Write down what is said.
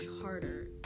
harder